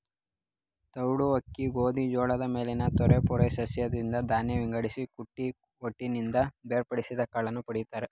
ತೌಡು ಅಕ್ಕಿ ಗೋಧಿ ಜೋಳದ ಮೇಲಿನ ತೆಳುಪೊರೆ ಸಸ್ಯದಿಂದ ಧಾನ್ಯ ವಿಂಗಡಿಸಿ ಕುಟ್ಟಿ ಹೊಟ್ಟಿನಿಂದ ಬೇರ್ಪಡಿಸಿ ಕಾಳನ್ನು ಪಡಿತರೆ